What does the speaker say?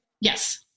Yes